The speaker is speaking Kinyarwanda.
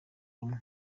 rumwe